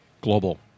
global